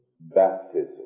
baptism